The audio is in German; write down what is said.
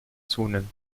zunimmt